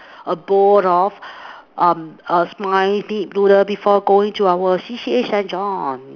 a bowl of um a slimy big noodle before going to our C_C_A Saint John